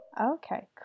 Okay